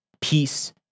peace